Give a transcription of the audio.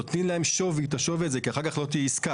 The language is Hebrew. נותנים להם את השווי הזה כי אחר כך לא תהיה עסקה.